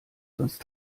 sonst